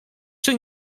czy